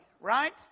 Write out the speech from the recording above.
right